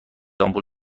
آمپول